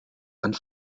and